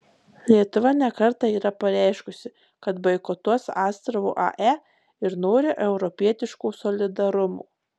lietuva ne kartą yra pareiškusi kad boikotuos astravo ae ir nori europietiško solidarumo